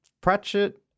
Pratchett